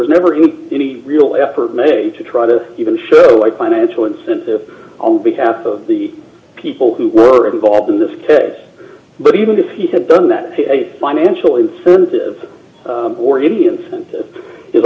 was never any real effort made to try to even sure like financial incentive on behalf of the people who were involved in this case but even if he had done that a financial incentive or any incentive is